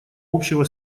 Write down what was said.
общего